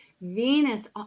Venus